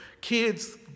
kids